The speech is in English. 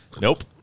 Nope